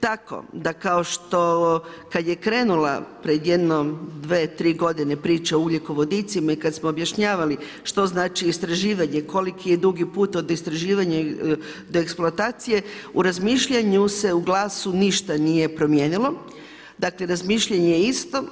Tako da kao što kada je krenula pred jedno dve, tri godine priča o ugljikovodicima i kada smo objašnjavali što znači istraživanje, koliki je dugi put od istraživanja i do eksploatacije u razmišljanju se u GLAS-u ništa nije promijenilo, dakle razmišljanje je isto.